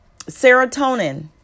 serotonin